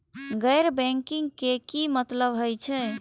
गैर बैंकिंग के की मतलब हे छे?